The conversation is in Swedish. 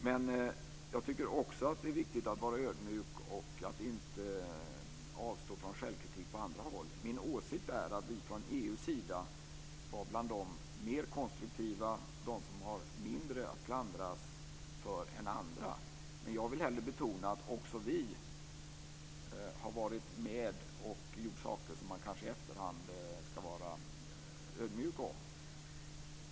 Men jag tycker också att det är viktigt att vara ödmjuk och att inte avstå från självkritik på andra håll. Min åsikt är att vi i EU var bland de mer konstruktiva, de som har mindre att klandras för än andra. Men jag vill hellre betona att också vi har varit med och gjort saker som man i efterhand kanske ska vara ödmjuk inför.